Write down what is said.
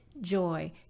joy